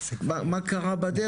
מה קרה בדרך?